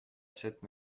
cette